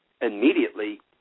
immediately